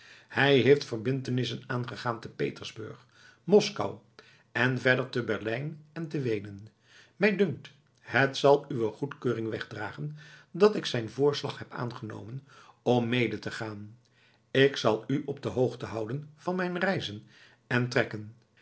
hij heeft verbintenissen aangegaan te petersburg moskou en verder te berlijn en te weenen mij dunkt het zal uwe goedkeuring wegdragen dat ik zijn voorslag heb aangenomen om mede te gaan ik zal u op de hoogte houden van mijn reizen en trekken